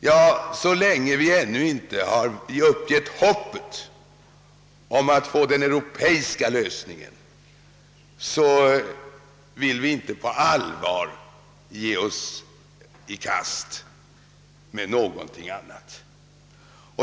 Men så länge vi inte har givit upp hoppet om den europeiska lösningen vill vi inte på allvar ge oss i kast med något annat.